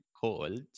called